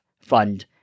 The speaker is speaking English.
fund